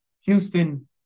Houston